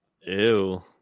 Ew